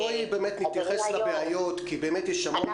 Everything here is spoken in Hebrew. אז תתייחסי לבעיות, כי יש המון